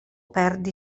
perdi